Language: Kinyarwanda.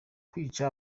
kwica